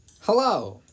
Hello